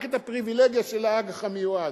רק את הפריווילגיה של האג"ח המיועד.